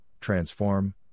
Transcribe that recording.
transform